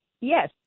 Yes